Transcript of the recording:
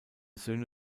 söhne